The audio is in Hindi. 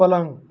पलंग